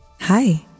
Hi